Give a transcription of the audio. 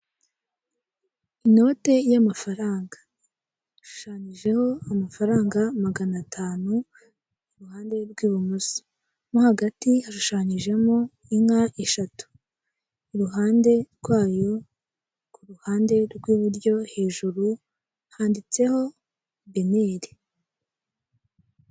Inote y'amafaranga ishushanyijeho amafaranga magana atanu iruhande rw'ibumoso. Mo hagati hashushanyijemo inka eshatu, iruhande rwayo ku ruhande rw'iburyo hejuru handitseho beneri.